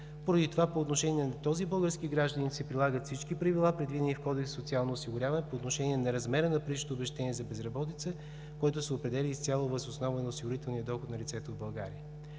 Поради това по отношение на този български гражданин се прилагат всички правила, предвидени в Кодекса за социално осигуряване по отношение на размера на паричното обезщетение за безработица, което се определя изцяло въз основа на осигурителния доход на лицето в България.